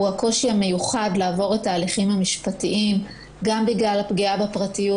הוא הקושי המיוחד לעבור את ההליכים המשפטיים גם בגלל הפגיעה בפרטיות